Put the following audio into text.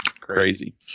Crazy